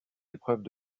épreuves